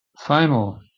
final